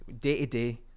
day-to-day